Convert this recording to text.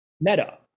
Meta